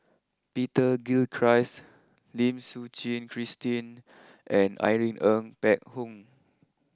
Peter Gilchrist Lim Suchen Christine and Irene Ng Phek Hoong